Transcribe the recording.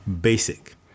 basic